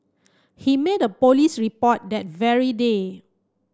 he made a police report that very day